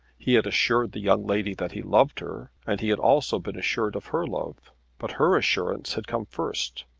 he had assured the young lady that he loved her, and he had also been assured of her love but her assurance had come first.